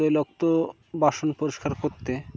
তৈলাক্ত বাসন পরিষ্কার করতে